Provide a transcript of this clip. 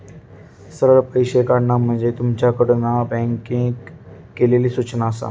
सरळ पैशे काढणा म्हणजे तुमच्याकडना बँकेक केलली सूचना आसा